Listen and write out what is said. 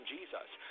Jesus